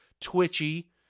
twitchy